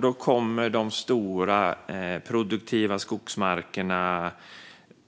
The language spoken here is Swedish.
Då kommer de stora, produktiva skogsmarkerna